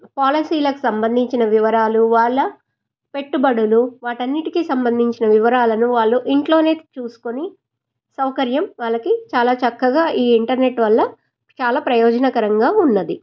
పాలసీలకు సంబంధించిన వివరాలు వాళ్ళ పెట్టుబడులు వాటన్నిటికీ సంబంధించిన వివరాలను వాళ్ళు ఇంట్లోనే చూసుకొని సౌకర్యం వాళ్ళకి చాలా చక్కగా ఈ ఇంటర్నెట్ వల్ల చాలా ప్రయోజనకరంగా ఉన్నది